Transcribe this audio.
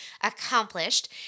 accomplished